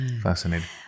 Fascinating